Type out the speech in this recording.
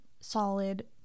solid